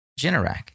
Generac